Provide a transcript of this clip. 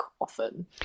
often